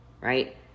right